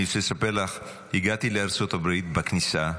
אני רוצה לספר לך, הגעתי לארצות הברית, בכניסה,